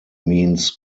means